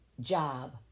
job